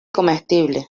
comestible